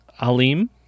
Alim